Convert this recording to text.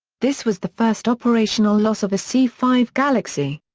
this was the first operational loss of a c five galaxy.